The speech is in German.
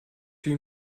fiel